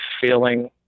feeling